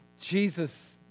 Jesus